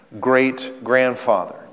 great-grandfather